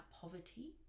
poverty